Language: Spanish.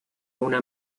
una